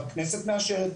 הכנסת מאשרת,